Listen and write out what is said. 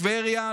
טבריה,